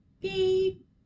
beep